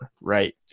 right